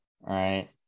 right